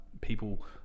people